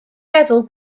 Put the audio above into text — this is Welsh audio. feddwl